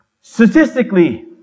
statistically